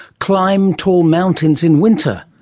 climb tall mountains in winter?